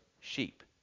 sheep